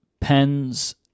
pens